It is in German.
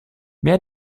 mehr